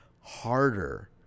harder